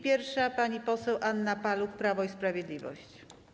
Pierwsza pani poseł Anna Paluch, Prawo i Sprawiedliwość.